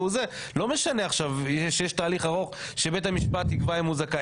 זה לא משנה עכשיו יש תהליך ארוך שבית המשפט יקבע אם הוא זכאי.